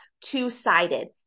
two-sided